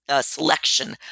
selection